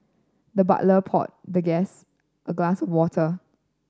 the butler poured the guest a glass of water